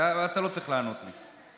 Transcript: ואתה לא צריך לענות לי.